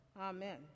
Amen